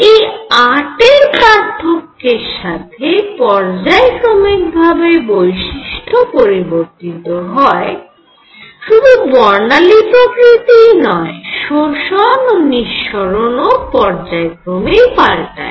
এই 8 এর পার্থক্যের সাথে পর্যায়ক্রমিকভাবে বৈশিষ্ট্য পরিবর্তিত হয় শুধু বর্ণালীর প্রকৃতিই নয় শোষণ ও নিঃসরণ ও পর্যায়ক্রমেই পাল্টায়